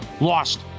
Lost